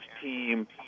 team